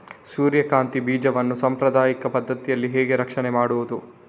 ಸೂರ್ಯಕಾಂತಿ ಬೀಜವನ್ನ ಸಾಂಪ್ರದಾಯಿಕ ಪದ್ಧತಿಯಲ್ಲಿ ಹೇಗೆ ರಕ್ಷಣೆ ಮಾಡುವುದು